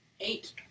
eight